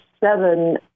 seven